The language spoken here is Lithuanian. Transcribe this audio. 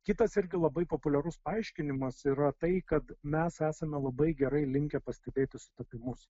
kitas irgi labai populiarus paaiškinimas yra tai kad mes esame labai gerai linkę pastebėti sutapimus